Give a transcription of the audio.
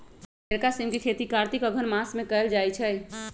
हरियरका सिम के खेती कार्तिक अगहन मास में कएल जाइ छइ